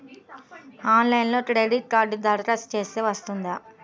ఆన్లైన్లో క్రెడిట్ కార్డ్కి దరఖాస్తు చేస్తే వస్తుందా?